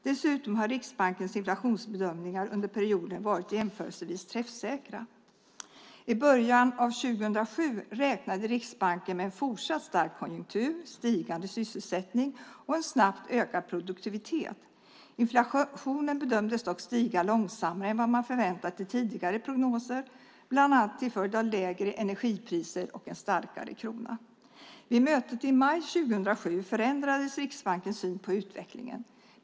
Dessutom har Riksbankens inflationsbedömningar under perioden varit jämförelsevis träffsäkra. I början av 2007 räknade Riksbanken med en fortsatt stark konjunktur, stigande sysselsättning och en snabbt ökad produktivitet. Inflationen bedömdes dock stiga långsammare än vad man förväntat i tidigare prognoser, bland annat till följd av lägre energipriser och en starkare krona. Vid mötet i maj 2007 förändrades Riksbankens syn på utvecklingen.